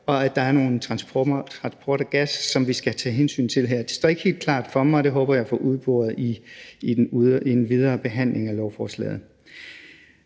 og at der er noget transport af gas, som vi skal tage hensyn til her? Det står ikke helt klart for mig, og det håber jeg at få udboret i den videre behandling af lovforslaget.